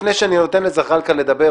לפני שאני נותן לזחאלקה לדבר,